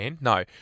No